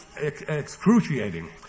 excruciating